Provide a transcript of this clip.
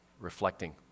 reflecting